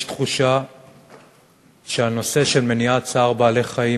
יש תחושה שהנושא של מניעת צער בעלי-חיים